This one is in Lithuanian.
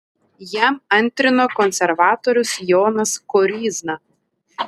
jam antrino konservatorius jonas koryzna